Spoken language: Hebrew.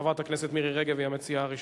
חברת הכנסת מירי רגב היא המציעה הראשונה.